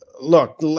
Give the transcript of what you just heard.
look